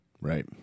right